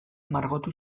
margotu